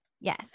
Yes